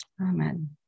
Amen